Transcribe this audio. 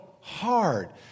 hard